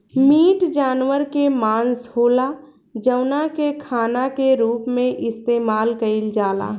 meat जानवर के मांस होला जवना के खाना के रूप में इस्तेमाल कईल जाला